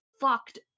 fucked